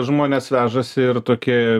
žmonės vežasi ir tokį